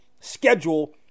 schedule